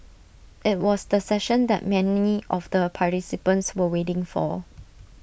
IT was the session that many of the participants were waiting for